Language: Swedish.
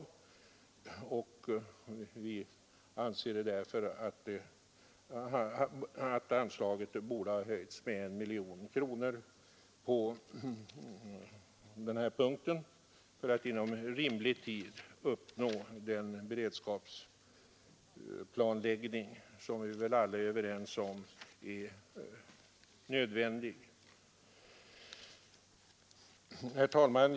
Vi anser därför att anslaget på denna punkt borde ha höjts med 1 miljon kronor för att vi inom rimlig tid skall uppnå den beredskapsplanläggning som väl alla är överens om är nödvändig. Herr talman!